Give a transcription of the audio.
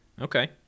Okay